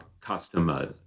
customer